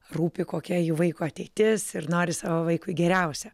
rūpi kokia jų vaiko ateitis ir nori savo vaikui geriausia